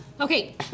Okay